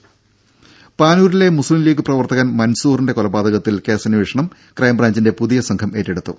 ദ്ദേ പാനൂരിലെ മുസ്ലിംലീഗ് പ്രവർത്തകൻ മൻസൂറിന്റെ കൊലപാതകത്തിൽ കേസന്വേഷണം ക്രൈംബ്രാഞ്ചിന്റെ പുതിയ സംഘം ഏറ്റെടുത്തു